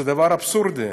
זה דבר אבסורדי.